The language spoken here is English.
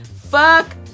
Fuck